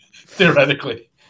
theoretically